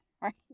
Right